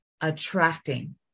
attracting